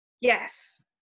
yes